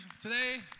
today